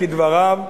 כדבריו,